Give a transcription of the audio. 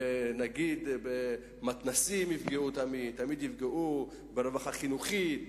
נניח במתנ"סים, ברווחה חינוכית,